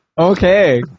Okay